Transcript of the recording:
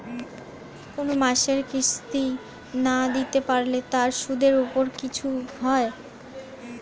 কোন মাসের কিস্তি না দিতে পারলে তার সুদের উপর কিছু হয়?